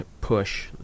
push